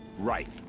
right!